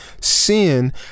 sin